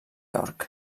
york